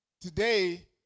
Today